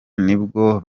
nibwo